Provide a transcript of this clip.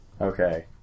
Okay